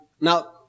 now